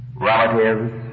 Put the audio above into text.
Relatives